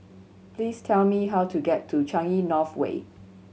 please tell me how to get to Changi North Way